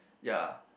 ya